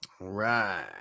Right